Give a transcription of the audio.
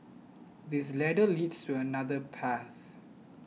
this ladder leads to another path